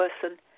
person